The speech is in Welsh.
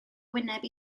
wyneb